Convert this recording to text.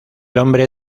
hombre